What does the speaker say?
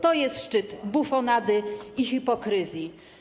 To jest szczyt bufonady i hipokryzji.